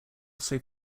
also